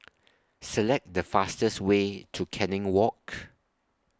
Select The fastest Way to Canning Walk